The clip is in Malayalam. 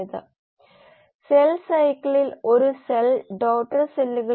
അതിനാൽ അത് കൃത്രിമ വേരിയബിളായി മാറി ഒരു നിശ്ചിത ഘട്ടത്തിൽ ഇൻട്രാസെല്ലുലാർ പി